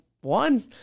one